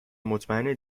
مطمئن